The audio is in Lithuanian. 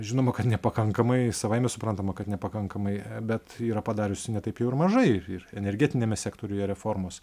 žinoma kad nepakankamai savaime suprantama kad nepakankamai bet yra padariusi ne taip jau ir mažai ir energetiniame sektoriuje reformos